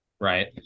right